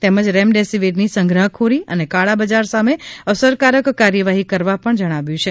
તેમજ રેમડેસીવીરની સંઘરાખોરી અને કાળા બજાર સામે અસરકારક કાર્યવાહી કરવા પણ જણાવ્યું છે